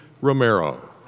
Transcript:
Romero